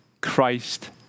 Christ